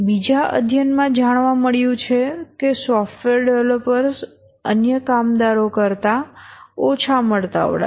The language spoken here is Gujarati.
બીજા અધ્યયનમાં જાણવા મળ્યું છે કે સોફ્ટવેર ડેવલપર્સ અન્ય કામદારો કરતા ઓછા મળતાવળા છે